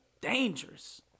Dangerous